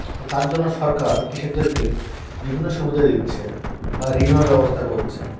তো তার জন্য সরকার কৃষকদেরকে বিভিন্ন সুবিধা দিচ্ছে বা ঋণও ব্যবস্থা করছে